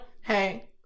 hey